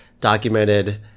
documented